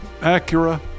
Acura